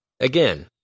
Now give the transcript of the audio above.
Again